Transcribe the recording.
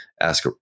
ask